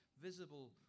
visible